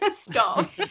Stop